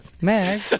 Meg